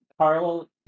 Carl